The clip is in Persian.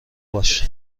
باش